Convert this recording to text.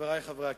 חברי חברי הכנסת,